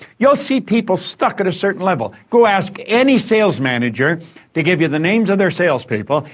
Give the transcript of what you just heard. you'll see people stuck at a certain level. go ask any sales manager to give you the names of their salespeople,